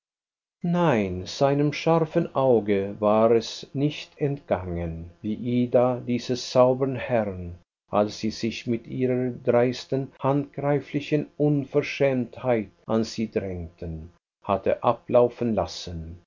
nein seinem scharfen auge war es nicht entgangen wie ida diese saubern herren als sie sich mit ihrer dreisten handgreiflichen unverschämtheit an sie drängten hatte ablaufen lassen